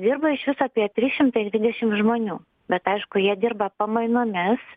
dirba išvis apie tris šimtai dvidešim žmonių bet aišku jie dirba pamainomis